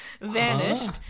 vanished